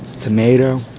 tomato